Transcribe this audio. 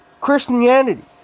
Christianity